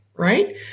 Right